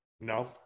No